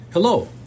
Hello